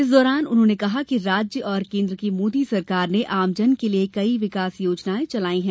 इस दौरान उन्होंने कहा कि राज्य और केंद्र की मोदी सरकार ने आम जन के लिए कई विकास योजनाए चलाई हैं